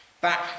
back